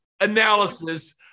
analysis